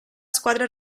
squadra